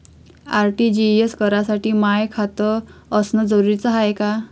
RTGS करासाठी माय खात असनं जरुरीच हाय का?